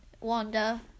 wanda